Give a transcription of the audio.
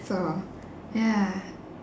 so ya